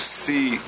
see